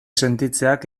sentitzeak